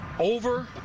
Over